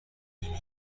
بیمه